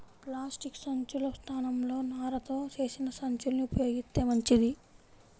plastic సంచుల స్థానంలో నారతో చేసిన సంచుల్ని ఉపయోగిత్తే మంచిది